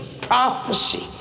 prophecy